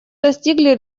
достигли